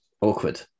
awkward